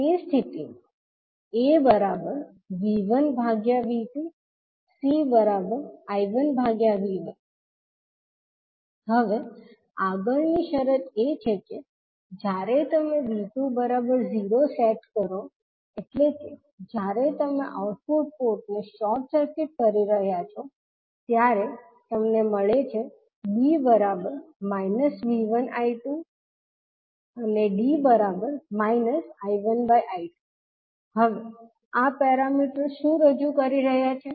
તે સ્થિતિમાં AV1V2 CI1V1 હવે આગળની શરત એ છે કે જ્યારે તમે 𝐕2 0 સેટ કરૂ છો એટલે કે જ્યારે તમે આઉટપુટ પોર્ટને શોર્ટ સર્ક્યુટેડ કરી રહ્યાં છો ત્યારે તમને મળે છે B V1I2 D I1I2 હવે આ પેરામીટર્સ શું રજૂ કરી રહ્યા છે